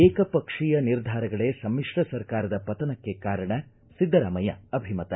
ಏಕ ಪಕ್ಷೀಯ ನಿರ್ಧಾರಗಳೇ ಸಮ್ತಿತ್ರ ಸರ್ಕಾರದ ಪತನಕ್ಕೆ ಕಾರಣ ಸಿದ್ದರಾಮಯ್ಯ ಅಭಿಮತ